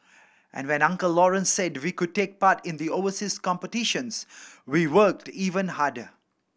and when Uncle Lawrence said we could take part in the overseas competitions we worked even harder